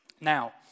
Now